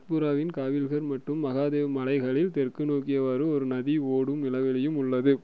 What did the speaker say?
சத்புராவின் காவில்கர் மற்றும் மகாதேவ் மலைகளில் தெற்கு நோக்கியவாறு ஒரு நதி ஓடும் நிலவொளியும் உள்ளது